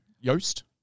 Yost